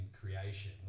creation